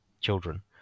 children